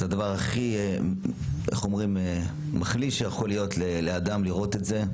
זה הדבר הכי מחליא שיכול להיות לאדם לראות את זה.